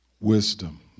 wisdom